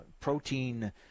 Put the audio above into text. protein